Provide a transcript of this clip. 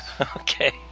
Okay